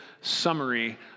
summary